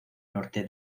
norte